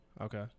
okay